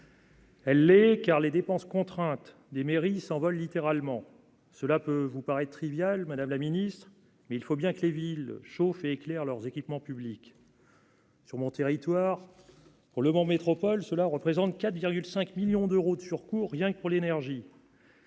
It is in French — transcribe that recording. Elle les car les dépenses contraintes des mairies s'envole littéralement, cela peut vous paraître triviale, Madame la Ministre, mais il faut bien que les villes chauffe et éclaire leurs équipements publics. Sur mon territoire pour Le Mans Métropole, cela représente 4 5 millions d'euros de surcoûts rien que pour l'énergie.